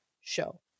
show